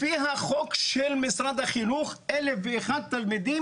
לפי החוק של משרד החינוך 1,0001 תלמידים,